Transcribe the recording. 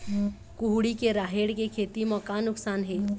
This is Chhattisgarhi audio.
कुहड़ी के राहेर के खेती म का नुकसान हे?